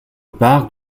parc